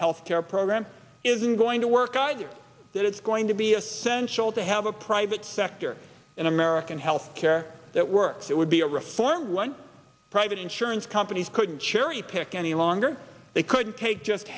health care program isn't going to work either that it's going to be essential to have a private sector in american health care that works it would be a reform one private insurance companies couldn't cherry pick any longer they could take just